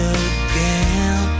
again